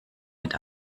mit